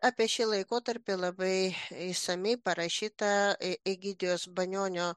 apie šį laikotarpį labai išsamiai parašyta egidijaus banionio